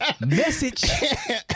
Message